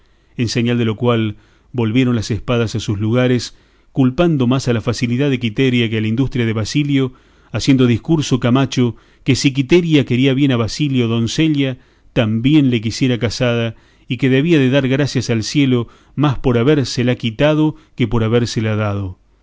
en señal de lo cual volvieron las espadas a sus lugares culpando más a la facilidad de quiteria que a la industria de basilio haciendo discurso camacho que si quiteria quería bien a basilio doncella también le quisiera casada y que debía de dar gracias al cielo más por habérsela quitado que por habérsela dado